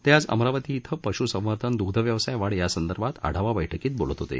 ते आज अमरावती इथं पश्संवर्धन दग्ध व्यवसाय वाढ यासंदर्भात आढावा बैठकीत बोलत होते